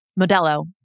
Modelo